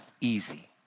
easy